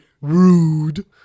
Rude